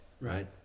right